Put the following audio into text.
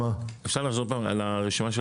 אפשר לחזור עוד פעם על הרשימה?